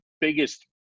biggest